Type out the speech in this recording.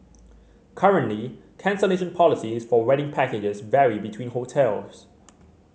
currently cancellation policies for wedding packages vary between hotels